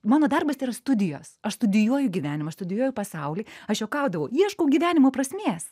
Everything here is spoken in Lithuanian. mano darbas tai yra studijos aš studijuoju gyvenimą aš studijuoju pasaulį aš juokaudavau ieškau gyvenimo prasmės